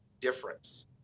difference